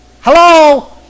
hello